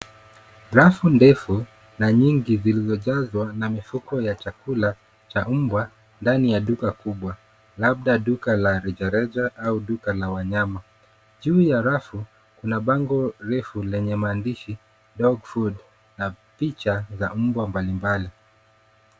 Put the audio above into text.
Rafu ndefu na nyingi zilizojazwa na mifuko ya chakula cha mbwa ndani ya duka kubwa, labda duka la rejareja au duka la wanyama. Juu ya rafu, kuna bango refu lenye maandishi dog food na picha za mbwa mbalimbali.